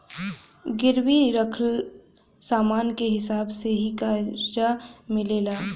गिरवी रखल समान के हिसाब से ही करजा मिलेला